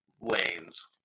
lanes